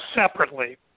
separately